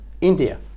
India